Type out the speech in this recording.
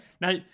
Now